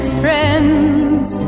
friends